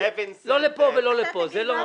לא לפה ולא לפה.